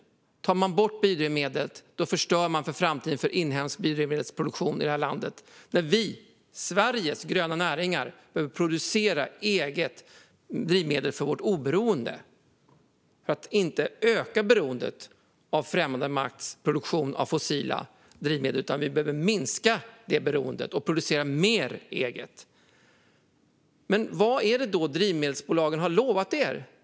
Tar man bort biodrivmedlet förstör man framtiden för inhemsk biodrivmedelsproduktion i det här landet när Sveriges gröna näringar behöver producera eget drivmedel för Sveriges oberoende och för att inte öka beroendet av främmande makts produktion av fossila drivmedel. Sverige behöver minska det beroendet och producera mer eget. Vad är det då drivmedelsbolagen har lovat er?